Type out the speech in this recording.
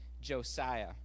Josiah